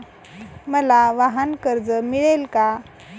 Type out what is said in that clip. मला वाहनकर्ज मिळेल का?